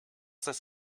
this